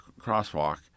crosswalk